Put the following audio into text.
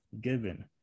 given